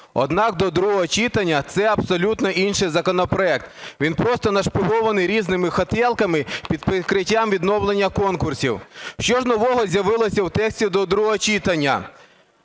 Однак до другого читання це абсолютно інший законопроект, він просто нашпигований різними "хотєлками" під прикриттям відновлення конкурсів. Що ж нового з'явилося у тексті до другого читання?